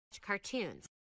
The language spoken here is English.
cartoons